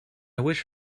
wish